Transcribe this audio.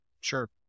Sure